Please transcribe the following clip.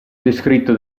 descritto